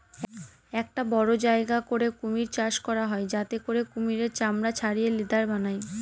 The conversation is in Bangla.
একটা বড়ো জায়গা করে কুমির চাষ করা হয় যাতে করে কুমিরের চামড়া ছাড়িয়ে লেদার বানায়